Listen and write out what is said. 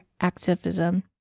activism